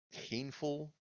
painful